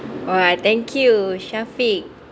alright thank you shafiq